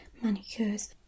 manicures